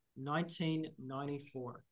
1994